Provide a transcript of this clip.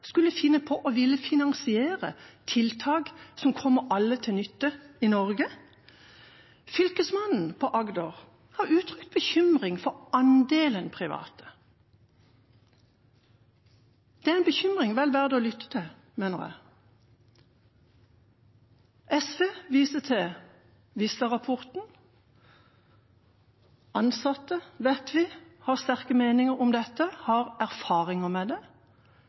skulle finne på å ville finansiere tiltak som kommer alle i Norge til nytte? Fylkesmannen i Agder har uttrykt bekymring for andelen private. Den bekymringen er vel verdt å lytte til, mener jeg. SV viste til Vista-rapporten. Vi vet ansatte har sterke meninger om dette, de har erfaringer med det.